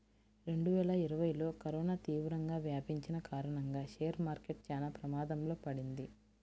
రెండువేల ఇరవైలో కరోనా తీవ్రంగా వ్యాపించిన కారణంగా షేర్ మార్కెట్ చానా ప్రమాదంలో పడింది